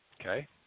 okay